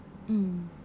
mm